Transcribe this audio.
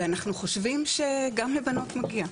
ואנחנו חושבים שגם לבנות מגיע.